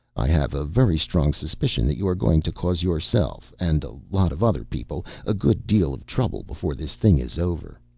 i have a very strong suspicion that you are going to cause yourself and a lot of other people a good deal of trouble before this thing is over.